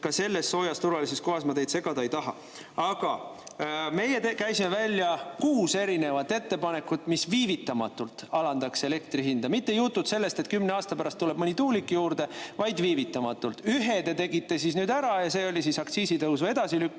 ka selles soojas turvalises kohas ma teid segada ei taha. Aga meie käisime välja kuus erinevat ettepanekut, mis viivitamatult alandaks elektri hinda. Mitte jutud sellest, et kümne aasta pärast tuleb mõni tuulik juurde, vaid viivitamatult. Ühe te tegite siis nüüd ära, see oli aktsiisitõusu edasilükkamine.